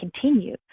continue